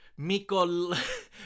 Mikol